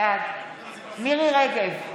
בעד מירי מרים רגב,